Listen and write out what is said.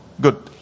good